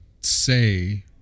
say